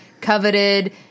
coveted